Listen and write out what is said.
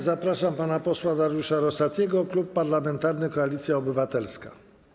Zapraszam pana posła Dariusza Rosatiego, Klub Parlamentarny Koalicji Obywatelskiej.